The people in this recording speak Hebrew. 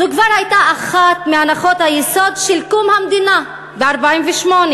זו כבר הייתה אחת מהנחות היסוד של קום המדינה ב-1948.